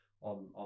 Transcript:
on